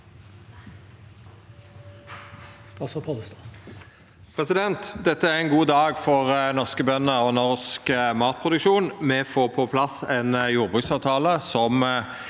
Dette er ein god dag for norske bønder og norsk matproduksjon. Me får på plass ein jordbruksavtale som